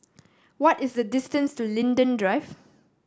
what is the distance to Linden Drive